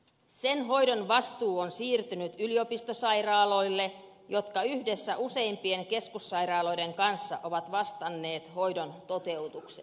sen hoidon vastuu on siirtynyt yliopistosairaaloille jotka yhdessä useimpien keskussairaaloiden kanssa ovat vastanneet hoidon toteutuksesta